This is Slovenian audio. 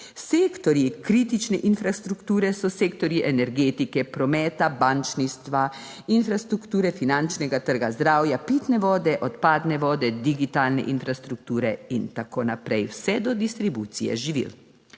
Sektorji kritične infrastrukture so sektorji energetike, prometa, bančništva, infrastrukture, finančnega trga, zdravja, pitne vode, odpadne vode, digitalne infrastrukture in tako naprej, vse do distribucije živil.